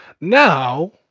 Now